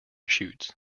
chutes